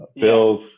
Bills